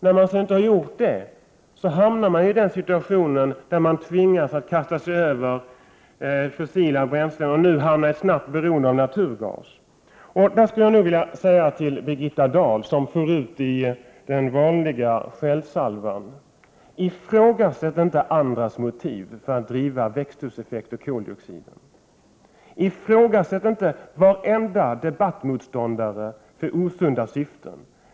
När man sedan inte har gjort det, har man hamnat i en situation där man tvingas kasta sig över fossila bränslen och nu i ett snabbt beroende av naturgas. Till Birgitta Dahl, som for ut i den vanliga skällsalvan, vill jag säga att hon inte skall ifrågasätta andras motiv när det gäller växthuseffekten och koldioxiden. Anklaga inte varenda debattmotståndare för osunda syften.